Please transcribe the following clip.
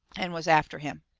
and was after him.